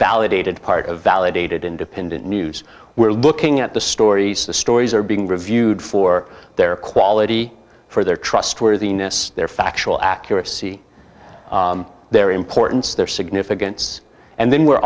validated part of validated independent news we're looking at the stories the stories are being reviewed for their quality for their trustworthiness their factual accuracy their importance their significance and then we're